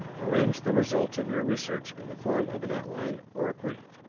arrange the results of your research in the form of an outline, or brief.